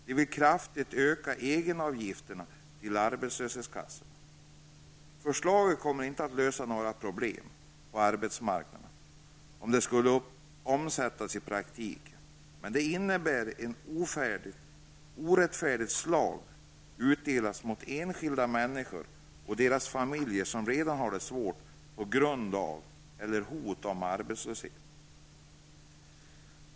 De vill kraftigt höja EG-avgifterna till arbetslöshetskassorna. Dessa förslag kommer inte att lösa några problem på arbetsmarknaden, om de skulle omsättas i praktiken. Men det innebär att ett orättfärdigt slag utdelas mot enskilda människor och deras familjer, som redan har det svårt på grund av arbetslöshet eller hot om sådant.